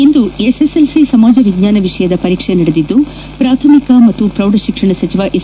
ಇಂದು S S L C ಸಮಾಜ ವಿಜ್ಞಾನ ವಿಷಯದ ಪರೀಕ್ಷೆ ನಡೆದಿದ್ದು ಪ್ರಾಥಮಿಕ ಮತ್ತು ಪ್ರೌಢ ಶಿಕ್ಷಣ ಸಚಿವ ಎಸ್